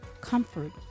comfort